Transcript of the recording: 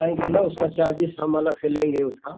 आएँगे ना उसका चार्जेस हम अलग से लेंगे उसका